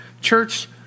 Church